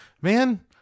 man